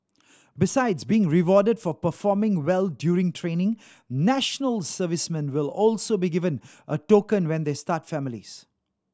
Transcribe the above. besides being rewarded for performing well during training national servicemen will also be given a token when they start families